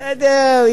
בסדר.